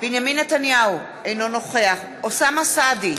בנימין נתניהו, אינו נוכח אוסאמה סעדי,